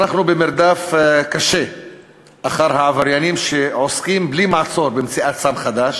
אנחנו במרדף קשה אחר העבריינים שעוסקים בלי מעצור במציאת סם חדש